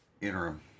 interim